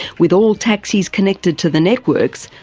with all taxis connected to the networks,